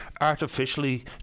artificially